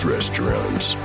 Restaurants